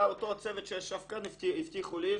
אותו צוות שישב כאן הבטיחו לי,